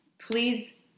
Please